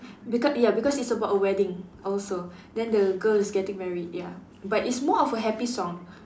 because ya because it's about a wedding also then the girl is getting married ya but it's more of a happy song